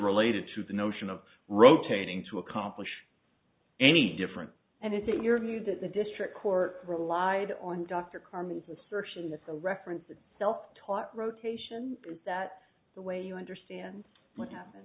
related to the notion of rotating to accomplish any different and is it your view that the district court relied on dr carmen's assertion that the reference is self taught rotation is that the way you understand what happened